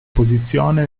posizione